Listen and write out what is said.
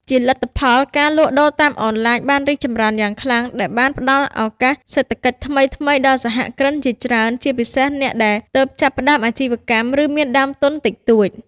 ជាលទ្ធផល ការលក់ដូរតាមអនឡាញបានរីកចម្រើនយ៉ាងខ្លាំង ដែលបាន ផ្តល់ឱកាសសេដ្ឋកិច្ចថ្មីៗ ដល់សហគ្រិនជាច្រើន ជាពិសេសអ្នកដែលទើបចាប់ផ្តើមអាជីវកម្ម ឬមានដើមទុនតិចតួច។